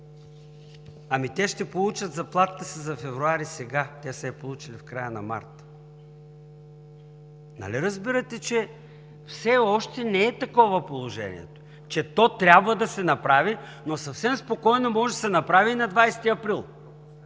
ами те ще получат заплатите си за месец февруари сега, те са я получили в края на месец март. Нали разбирате, че все още не е такова положението, че то трябва да се направи, но съвсем спокойно може да се направи и на 20 април,